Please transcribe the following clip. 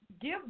give